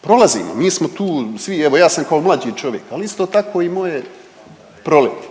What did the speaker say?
Prolazimo, mi smo tu svi, evo, ja sam kao mlađi čovjek, ali isto tako i moje proleti.